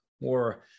more